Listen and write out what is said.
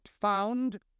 found